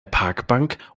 parkbank